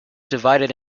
divided